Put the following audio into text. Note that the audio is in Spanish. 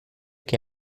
que